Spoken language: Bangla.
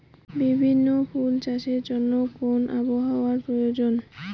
বিভিন্ন ফুল চাষের জন্য কোন আবহাওয়ার প্রয়োজন?